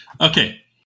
Okay